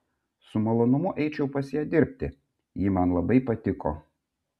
su malonumu eičiau pas ją dirbti ji man labai patiko